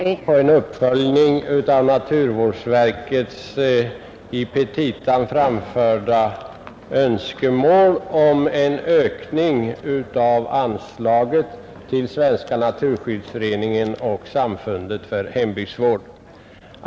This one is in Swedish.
Herr talman! Under punkt 37 i jordbruksutskottets betänkande nr 1 behandlas en motion av herr Tobé och mig som går ut på en uppföljning av naturvårdsverkets i petita framförda önskemål om en ökning av anslaget till Svenska naturskyddsföreningen och Samfundet för hembygdsvård.